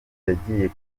yagiye